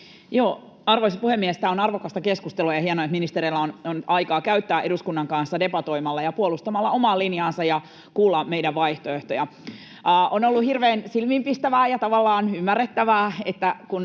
Arvoisa puhemies! Tämä on arvokasta keskustelua, ja on hienoa, että ministereillä on aikaa käyttää eduskunnan kanssa debatoimalla ja puolustamalla omaa linjaansa ja kuulla meidän vaihtoehtoja. On ollut hirveän silmiinpistävää ja tavallaan ymmärrettävää, että kun